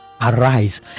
arise